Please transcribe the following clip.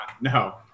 no